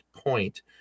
point